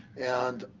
and